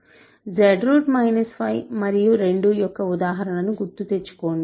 Z 5 మరియు 2 యొక్క ఉదాహరణను గుర్తుతెచ్చుకోండి